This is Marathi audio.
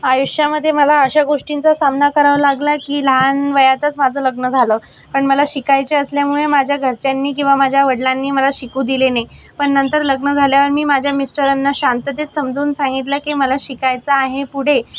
आयुष्यामध्ये मला अशा गोष्टींचा सामना करावा लागला की लहान वयातच माझं लग्न झालं पण मला शिकायचे असल्यामुळे माझ्या घरच्यांनी किंवा माझ्या वडलांनी मला शिकू दिले नाही पण नंतर लग्न झाल्यावर मी माझ्या मिस्टरांना शांततेत समजून सांगितलं की मला शिकायचं आहे पुढे